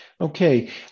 Okay